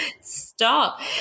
Stop